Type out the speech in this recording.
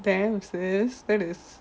there's this that this